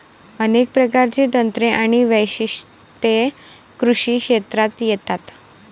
अनेक प्रकारची तंत्रे आणि वैशिष्ट्ये कृषी क्षेत्रात येतात